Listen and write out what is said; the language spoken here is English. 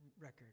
record